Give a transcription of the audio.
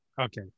Okay